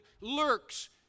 lurks